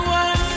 one